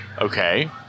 Okay